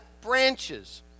branches